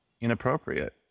inappropriate